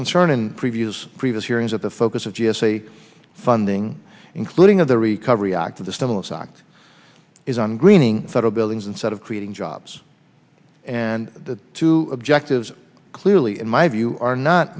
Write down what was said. concern in previews previous hearings at the focus of g s a funding including of the recovery act the stimulus act is on greening federal buildings instead of creating jobs and the two objectives clearly in my view are not